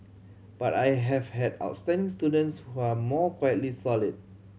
but I have had outstanding students who are more quietly solid